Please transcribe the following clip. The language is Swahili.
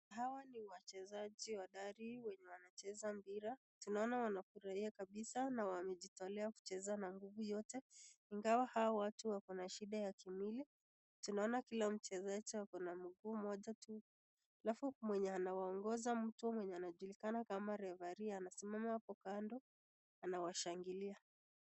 Hawa ni wachezaji hodari wenye wanacheza mpiratunaona wanafurahia kabisa na wamejitolea kucheza na nguvu yote ingawa hawa watu wako na shida ya kimwili. Tunaona kila mchezaji ako na mguu moja tu alafu mwenye anawaongoza mtu mwenye anajulikana kama referee anasimama hapo kando anawashangilia.